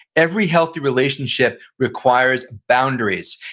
every healthy relationship requires boundaries.